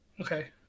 Okay